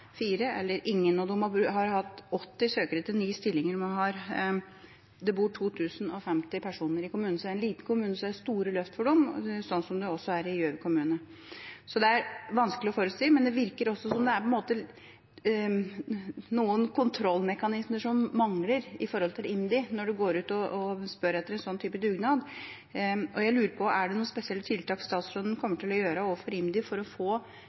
eller ingen av dem, og de har hatt 80 søkere til 9 stillinger. Det bor 2 050 personer i kommunen, så det er en liten kommune, og dette er store løft for dem, sånn som det også er for Gjøvik kommune. Det er vanskelig å forutsi, men det virker ofte som om det er noen kontrollmekanismer som mangler i IMDi når en går ut og spør etter en slik type dugnad. Jeg lurer på: Er det noen spesielle tiltak statsråden kommer til å gjøre overfor IMDi for å få